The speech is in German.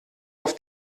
auf